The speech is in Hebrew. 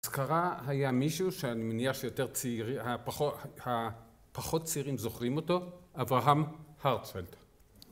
הזכרה היה מישהו שאני מניח שיותר צעירים הפחות צעירים זוכרים אותו אברהם הרצפלד